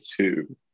two